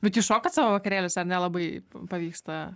bet jūs šokat savo vakarėliuose ar nelabai pavyksta